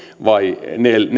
vai neljän